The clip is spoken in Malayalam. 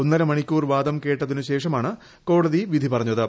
ഒന്നര മണിക്കൂർ വാദം കേട്ടതിന് ശേഷമാണ് കോടതി വിധി പറഞ്ഞത്